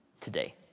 today